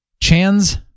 Chan's